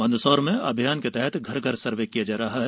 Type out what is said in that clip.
मंदसौर अभियान के तहत घर घर सर्वे किया जा रहा है